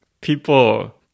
people